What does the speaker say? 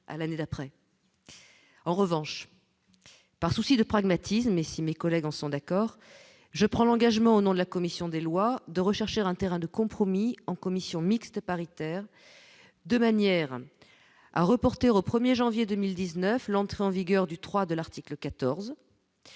à l'année d'après, en revanche, par souci de pragmatisme mais si mes collègues en sont d'accord, je prends l'engagement au nom de la commission des lois de rechercher un terrain de compromis en commission mixte paritaire, de manière à reporter au 1er janvier 2019, l'entrée en vigueur du 3 de l'article 14